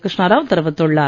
கிருஷ்ணா ராவ் தெரிவித்துள்ளார்